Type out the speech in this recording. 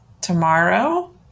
Tomorrow